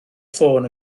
ffôn